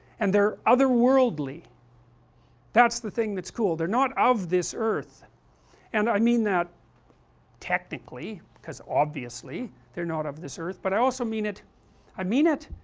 and they are other worldly that's the thing that's cool, they are not of this earth and i mean that technically, because obviously they are not of this earth, but i also mean it i mean it,